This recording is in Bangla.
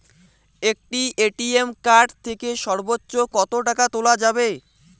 একটি এ.টি.এম কার্ড থেকে সর্বোচ্চ কত টাকা তোলা যাবে?